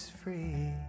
free